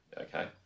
Okay